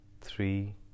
three